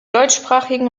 deutschsprachigen